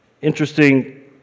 interesting